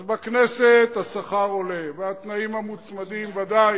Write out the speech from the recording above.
אז בכנסת השכר עולה והתנאים המוצמדים, ודאי.